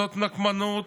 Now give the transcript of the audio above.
זאת נקמנות,